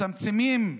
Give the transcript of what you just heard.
מצמצמים,